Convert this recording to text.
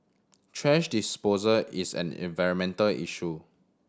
thrash disposal is an environmental issue